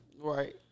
Right